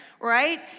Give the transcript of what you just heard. right